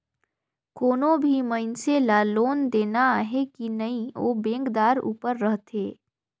कोनो भी मइनसे ल लोन देना अहे कि नई ओ बेंकदार उपर रहथे